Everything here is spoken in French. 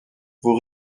vous